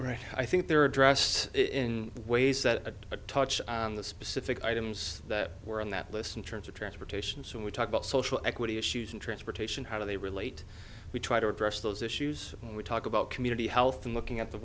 right i think there are addressed in ways that a touch on the specific items that were on that list in terms of transportation soon we talk about social equity issues and transportation how do they relate we try to address those issues when we talk about community health and looking at the